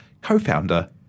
co-founder